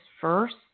first